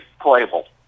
playable